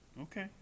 Okay